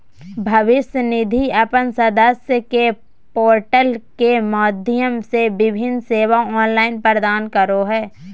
भविष्य निधि अपन सदस्य के पोर्टल के माध्यम से विभिन्न सेवा ऑनलाइन प्रदान करो हइ